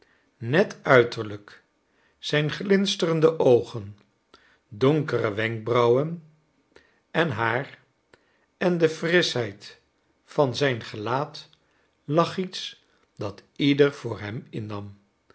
net uiterlijk zijn glinsterende oogen donkere wenkbrauwen en haar en de frischheid van zijn gelaat lag iets dat ieder voor hem innam